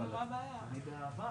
אבל כלפי הציבור.